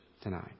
tonight